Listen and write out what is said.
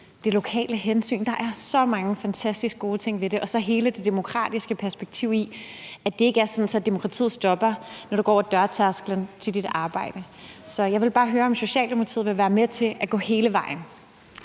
det lokale hensyn. Der er så mange fantastisk gode ting ved det. Og så er der hele det demokratiske perspektiv i, at det ikke er sådan, at demokratiet stopper, når du træder over dørtærsklen til dit arbejde. Så jeg vil bare høre, om Socialdemokratiet vil være med til at gå hele vejen.